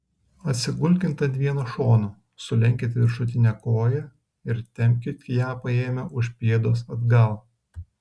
atsigulkit ant vieno šono sulenkit viršutinę koją ir tempkit ją paėmę už pėdos atgal